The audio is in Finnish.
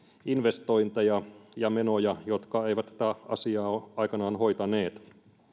investointeja ja menoja jotka eivät tätä asiaa ole aikanaan hoitaneet